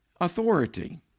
authority